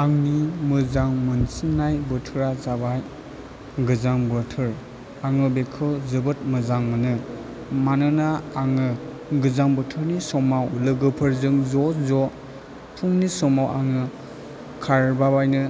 आंनि मोजां मोनसिननाय बोथोरा जाबाय गोजां बोथोर आङो बेखौ जोबोद मोजां मोनो मानोना आङो गोजां बोथोरनि समाव लोगोफोरजों ज' ज' फुंनि समाव आङो खारलाबायनो